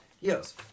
Yes